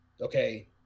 okay